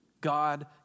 God